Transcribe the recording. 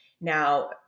Now